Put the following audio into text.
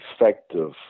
effective